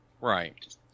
Right